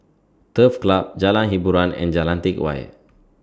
Turf Club Road Jalan Hiboran and Jalan Teck Whye